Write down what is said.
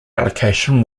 allocation